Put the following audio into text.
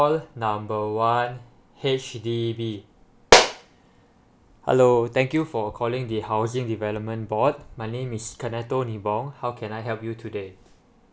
call number one H_D_B hello thank you for calling the housing development board my name is coneto nibong how can I help you today